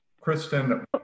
Kristen